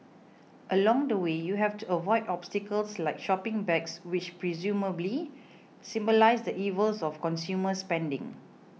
along the way you have to avoid obstacles like shopping bags which presumably symbolise the evils of consumer spending